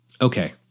Okay